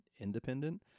independent